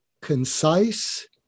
concise